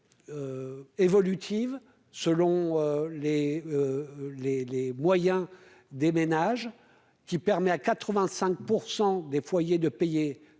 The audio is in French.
évolutive selon les les les moyens des ménages qui permet à 85 % des foyers de payer